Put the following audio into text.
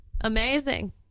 Amazing